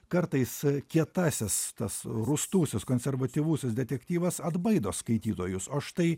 kartais kietasis tas rūstusis konservatyvusis detektyvas atbaido skaitytojus o štai